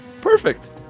Perfect